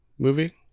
movie